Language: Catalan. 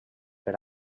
per